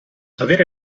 avere